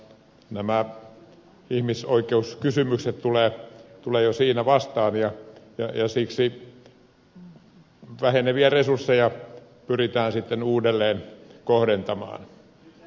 nämä ihmisoikeuskysymykset tulevat jo siinä vastaan ja siksi väheneviä resursseja pyritään uudelleen kohdentamaan